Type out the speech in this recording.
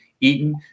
Eaton